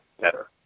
better